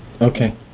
Okay